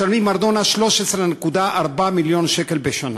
משלמים ארנונה 13.4 מיליון שקל בשנה,